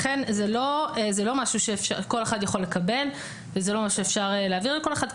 לכן זה לא משהו שכל אחד יכול לקבל וזה לא משהו שאפשר להעביר לכל אחד.